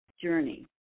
journey